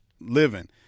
living